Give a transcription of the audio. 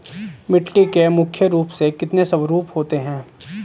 मिट्टी के मुख्य रूप से कितने स्वरूप होते हैं?